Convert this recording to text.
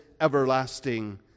everlasting